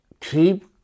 keep